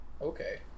okay